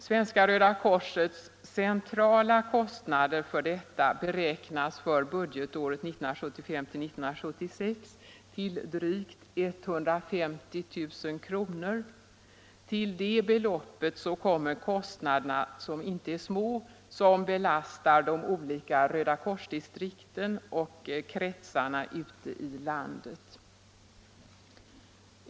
Svenska röda korsets centrala kostnader för detta beräknas för budgetåret 1975/76 till drygt 150 000 kr. Till det beloppet kommer de kostnader —- som inte är små — som belastar de olika rödakorsdistrikten och kretsarna ute i landet.